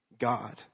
God